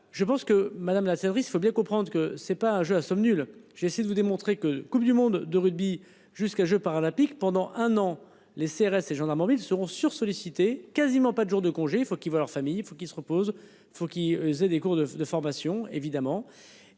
Je pense que Madame la il faut bien comprendre que c'est pas un jeu à somme nulle. J'ai essayé de vous démontrer que Coupe du monde de rugby jusqu'à, je pars à pique pendant un an les CRS et gendarmes mobiles seront sursollicité quasiment pas de jours de congé, il faut qu'il va leur famille il faut qu'il se repose. Faut qu'il faisait des cours de de formation évidemment